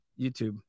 YouTube